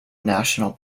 national